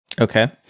Okay